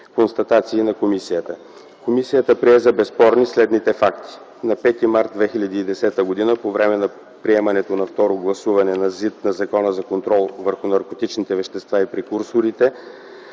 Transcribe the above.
Констатации на комисията Комисията прие за безспорни следните факти: На 5 март 2010 г. по време на приемането на второ гласуване на ЗИД на Закона за контрол върху наркотичните вещества и прекурсорите